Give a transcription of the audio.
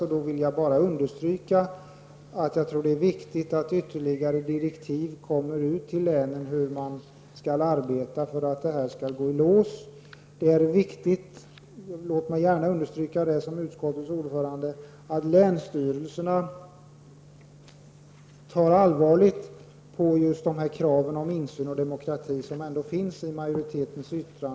Därför vill jag understryka att jag tror att det är viktigt att ytterligare direktiv lämnas till länen om hur de skall arbeta för att det hela skall gå i lås. Som utskottets ordförande vill jag understryka att det är viktigt att länsstyrelserna tar allvarligt på de krav på insyn och demokrati som ändå finns med i majoritetens yttrande.